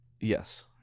Yes